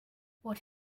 what